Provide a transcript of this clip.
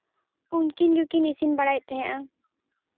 ᱩᱱᱠᱤᱱ ᱜᱮᱠᱤᱱ ᱤᱥᱤᱱ ᱵᱟᱲᱟᱭᱮᱜ ᱛᱟᱦᱮᱱᱟ